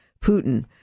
Putin